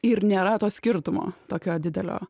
ir nėra to skirtumo tokio didelio